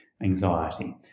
anxiety